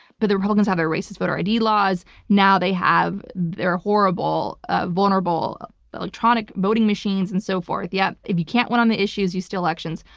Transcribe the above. but the republicans have their racist voter id laws. now, they have their horrible ah vulnerable electronic voting machines and so forth. yeah if if you can't win on the issues, you steal elections.